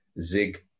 Zig